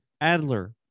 Adler